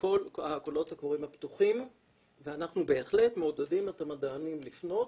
כל הקולות הקוראים הפתוחים ואנחנו בהחלט מעודדים את המדענים לפנות